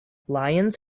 lions